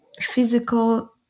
physical